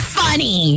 funny